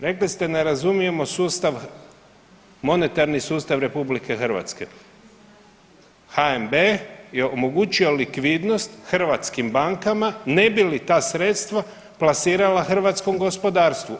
Rekli ste ne razumijemo sustav, monetarni sustav RH, HNB je omogućio likvidnost hrvatskim bankama ne bi li ta sredstva plasirala hrvatskom gospodarstvu.